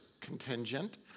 contingent